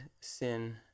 sin